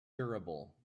durable